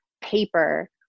paper